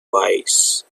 wise